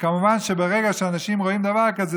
וכמובן שברגע שאנשים רואים דבר כזה,